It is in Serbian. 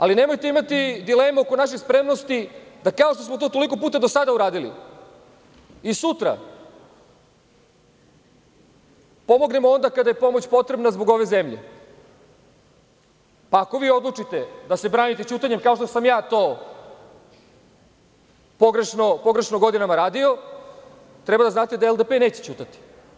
Ali nemojte imati dilemu oko naše spremnosti da kao što smo to toliko puta do sada uradili i sutra pomognemo onda kada je pomoć potrebna zbog ove zemlje, pa ako vi odlučite da se branite ćutanjem, kao što sam ja to pogrešno godinama radio, treba da znate da LDP neće ćutati.